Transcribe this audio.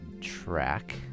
track